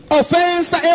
offense